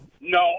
No